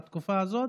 בתקופה הזאת,